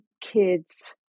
kids